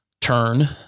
turn